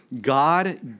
God